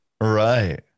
Right